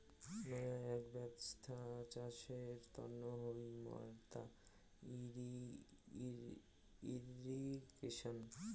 নয়া আক ব্যবছ্থা চাষের তন্ন হই মাদ্দা ইর্রিগেশন